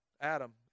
Adam